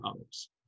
others